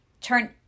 turn